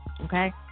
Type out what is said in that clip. Okay